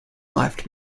left